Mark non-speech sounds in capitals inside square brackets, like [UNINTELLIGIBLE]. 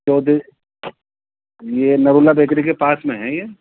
[UNINTELLIGIBLE] یہ نرولہ بیکری کے پاس میں ہے یہ